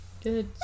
Good